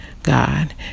God